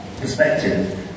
perspective